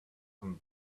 and